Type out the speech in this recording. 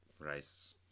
rice